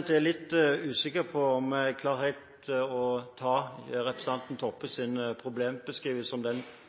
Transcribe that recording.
er litt usikker på om jeg klarer helt å ta representanten Toppes problembeskrivelse, om den